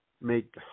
make